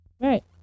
right